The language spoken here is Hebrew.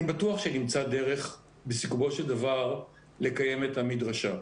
אני בטוח שנמצא דרך בסיכומו של דבר לקיים את המדרשה.